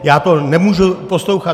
Já to nemůžu poslouchat!